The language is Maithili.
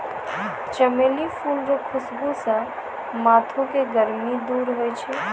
चमेली फूल रो खुशबू से माथो के गर्मी दूर होय छै